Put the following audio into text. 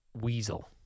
weasel